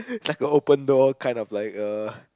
just a open door kind of like uh